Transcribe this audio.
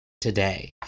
today